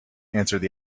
answered